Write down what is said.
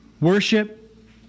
worship